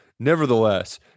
Nevertheless